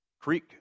Creek